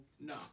No